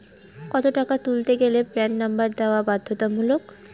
কত টাকা তুলতে গেলে প্যান নম্বর দেওয়া বাধ্যতামূলক?